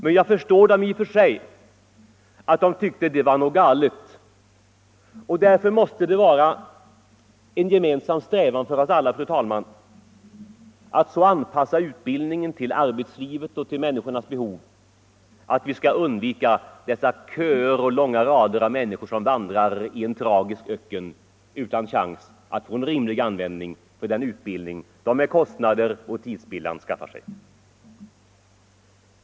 Men i och för sig förstår jag att de tyckte att något var galet. Och därför måste det vara en gemensam strävan hos oss alla att så anpassa utbildningen till arbetslivet och till människornas behov att vi slipper dessa köer av människor som vandrar i en hopplös öken utan chans att få rimlig användning för den utbildning som de med kostnader och tidsspillan har skaffat sig.